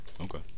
Okay